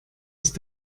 ist